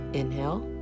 inhale